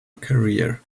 career